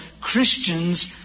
Christians